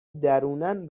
درونن